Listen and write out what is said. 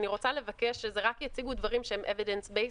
אני רוצה לבקש שיציגו דברים שהם evidence based,